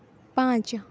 ପାଞ୍ଚ